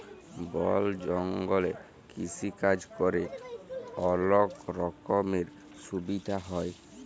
বল জঙ্গলে কৃষিকাজ ক্যরে অলক রকমের সুবিধা হ্যয়